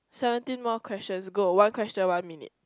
seventeen more questions go one question one minute